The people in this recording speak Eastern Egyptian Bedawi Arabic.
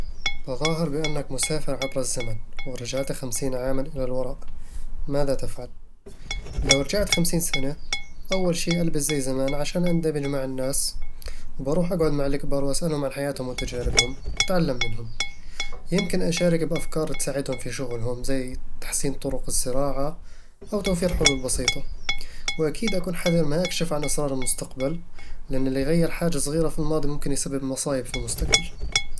تظاهر بأنك مسافر عبر الزمن، ورجعت خمسين عامًا إلى الوراء. ماذا تفعل؟ لو رجعت خمسين سنة، أول شي ألبس زي زمان عشان أندمج مع الناس وبروح أقعد مع الكبار وأسألهم عن حياتهم وتجاربهم، وأتعلم منهم يمكن أشارك بأفكار تساعدهم في شغلهم، زي تحسين طرق الزراعة أو توفير حلول بسيطة وأكيد، أكون حذر ما أكشف عن أسرار المستقبل، لأن اللي يغير حاجة صغيرة في الماضي، ممكن يسبب مصايب في المستقبل